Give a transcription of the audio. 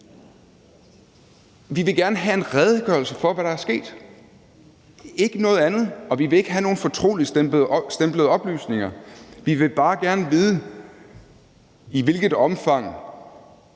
Vi vil gerne have en redegørelse for, hvad der er sket. Vi vil ikke have noget andet, og vi vil ikke have nogen fortroligstemplede oplysninger, men vi vil bare gerne vide, i hvilket omfang